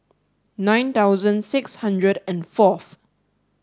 nine thousand six hundred and fourth